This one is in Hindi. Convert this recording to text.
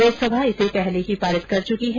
लोकसभा इसे पहले ही पारित कर चुकी है